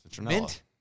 Mint